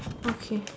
okay